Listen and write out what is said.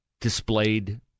displayed